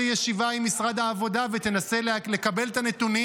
ישיבה עם משרד העבודה ותנסה לקבל את הנתונים